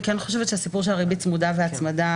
אני כן חושבת שהסיפור של הריבית צמודה והצמדה,